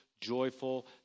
joyful